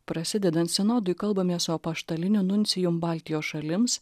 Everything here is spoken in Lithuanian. prasidedant sinodui kalbamės su apaštaliniu nuncijum baltijos šalims